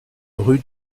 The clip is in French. rue